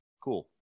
Cool